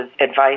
advice